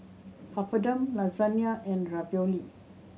Papadum Lasagna and Ravioli